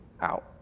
out